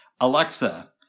Alexa